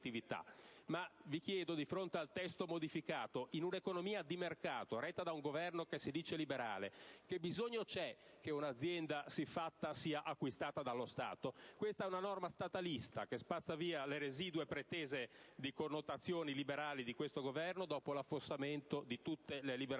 vi chiedo quale sia la necessità, in un'economia di mercato retta da un Governo che si dichiara liberale, che un'azienda siffatta sia acquistata dallo Stato. Questa è una norma statalista, che spazza via le residue pretese connotazioni liberali di questo Governo, dopo l'affossamento di tutte le liberalizzazioni